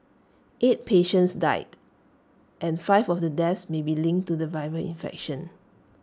eight patients died and five of the deaths may be linked to the viral infection